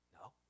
No